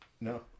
No